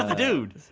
ah dude